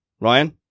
Ryan